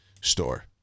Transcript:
store